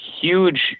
huge